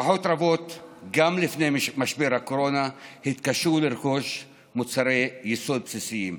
גם לפני משבר הקורונה משפחות רבות התקשו לרכוש מוצרי יסוד בסיסיים.